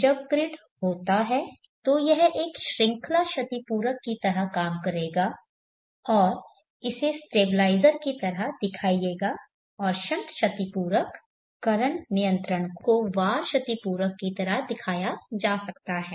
जब ग्रिड होता है तो यह एक श्रृंखला क्षतिपूरक की तरह काम करेगा और इसे स्टेबलाइज़र की तरह दिखाएगा और शंट क्षतिपूरक करंट नियंत्रण को VAR क्षतिपूरक की तरह दिखाया जा सकता है